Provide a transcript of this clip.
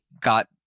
got